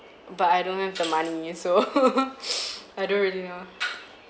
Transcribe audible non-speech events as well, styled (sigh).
but I don't have the money (laughs) so (noise) I don't really know